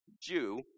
Jew